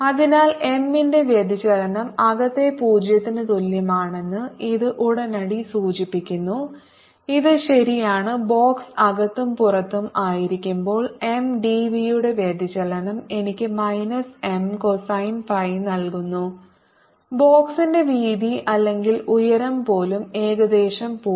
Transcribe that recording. M0 inside അതിനാൽ M ന്റെ വ്യതിചലനം അകത്തെ 0 ന് തുല്യമാണെന്ന് ഇത് ഉടനടി സൂചിപ്പിക്കുന്നു ഇത് ശരിയാണ് ബോക്സ് അകത്തും പുറത്തും ആയിരിക്കുമ്പോൾ M dv യുടെ വ്യതിചലനം എനിക്ക് മൈനസ് M കോസൈൻ ഫൈ നൽകുന്നു ബോക്സിന്റെ വീതി അല്ലെങ്കിൽ ഉയരം പോലും ഏകദേശം 0